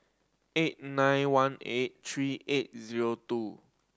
eight nine one eight three eight zero two